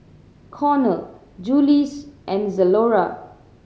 Cornell Julie's and Zalora